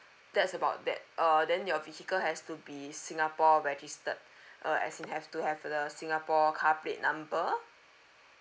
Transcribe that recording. that's about that uh then your vehicle has to be singapore registered uh as it have to have the singapore car plate number